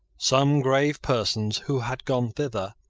some grave persons who had gone thither,